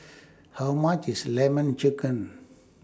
How much IS Lemon Chicken